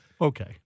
Okay